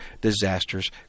disasters